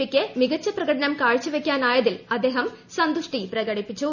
P ക്ക് മികച്ച പ്രക്ട്ടനം കാഴ്ചവയ്ക്കാൻ ആയതിൽ അദ്ദേഹം സന്തുഷ്ടി പ്രകടിപ്പിച്ചു